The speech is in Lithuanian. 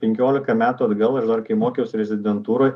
penkiolika metų atgal kai mokiausi rezidentūroj